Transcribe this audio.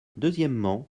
deuxièmement